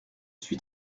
suis